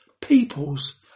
peoples